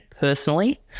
personally